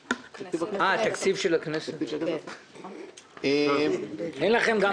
תקציב ועדת הבחירות הוא לא